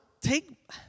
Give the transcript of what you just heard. take